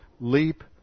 leap